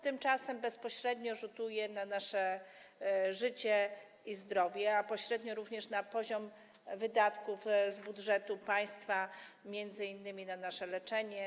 Tymczasem smog bezpośrednio rzutuje na nasze życie i zdrowie, a pośrednio - również na poziom wydatków z budżetu państwa, m.in. na nasze leczenie.